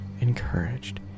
encouraged